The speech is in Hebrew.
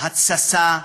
ההתססה,